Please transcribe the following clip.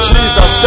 Jesus